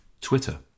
Twitter